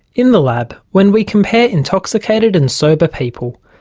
in the lab, when we compare intoxicated and sober people,